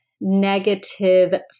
negative